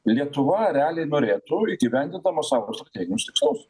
lietuva realiai norėtų įgyvendindama savo strateginius tikslus